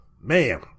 Man